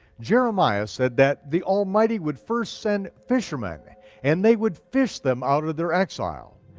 jeremiah said that the almighty would first send fishermen and they would fish them out of their exile.